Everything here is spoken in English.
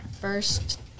first